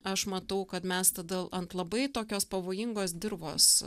aš matau kad mes tada ant labai tokios pavojingos dirvos